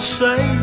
say